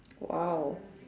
!wow!